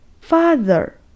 father